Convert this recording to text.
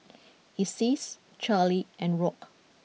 Isis Charlie and Rock